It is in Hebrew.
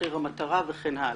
במחיר המטרה וכן הלאה.